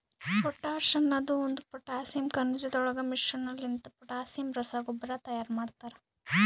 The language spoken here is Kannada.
ಪೊಟಾಶ್ ಅನದ್ ಒಂದು ಪೊಟ್ಯಾಸಿಯಮ್ ಖನಿಜಗೊಳದಾಗ್ ಮಿಶ್ರಣಲಿಂತ ಪೊಟ್ಯಾಸಿಯಮ್ ರಸಗೊಬ್ಬರ ತೈಯಾರ್ ಮಾಡ್ತರ